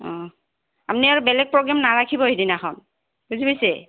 অঁ আপুনি আৰু বেলেগ প্ৰগ্ৰেম নাৰাখিব সেইদিনাখন বুজি পাইছে